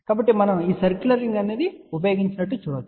కాబట్టి మనము ఈ సర్క్యులర్ రింగ్ ఉపయోగించామని మీరు చూడవచ్చు